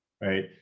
right